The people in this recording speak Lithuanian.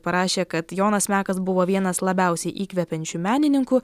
parašė kad jonas mekas buvo vienas labiausiai įkvepiančių menininkų